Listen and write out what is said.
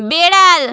বেড়াল